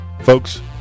folks